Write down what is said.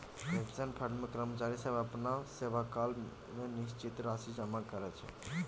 pension fund मे कर्मचारी सब अपना सेवाकाल मे निश्चित राशि जमा कराबै छै